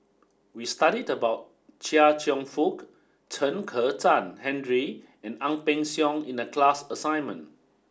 we studied about Chia Cheong Fook Chen Kezhan Henri and Ang Peng Siong in the class assignment